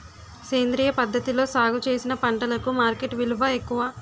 సేంద్రియ పద్ధతిలో సాగు చేసిన పంటలకు మార్కెట్ విలువ ఎక్కువ